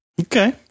Okay